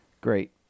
Great